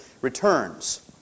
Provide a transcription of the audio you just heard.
returns